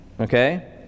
okay